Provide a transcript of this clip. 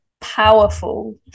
Powerful